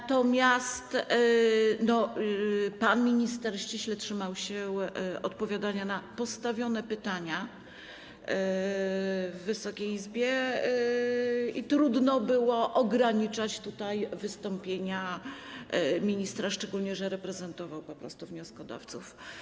Natomiast pan minister ściśle trzymał się odpowiadania na postawione pytania w Wysokiej Izbie i trudno było ograniczać wystąpienie ministra, szczególnie że reprezentował po prostu wnioskodawców.